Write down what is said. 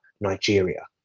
Nigeria